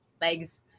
legs